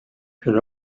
could